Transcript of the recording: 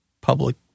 public